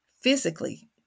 physically